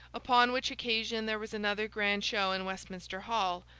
upon which occasion there was another grand show in westminster hall,